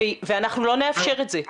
ואנחנו לא נאפשר את זה.